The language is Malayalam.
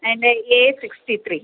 എൻ്റെ എ സിക്സ്റ്റി ത്രീ